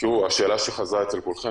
השאלה שחזרה אצל כולכם,